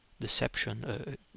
deception